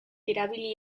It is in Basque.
erabili